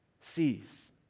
sees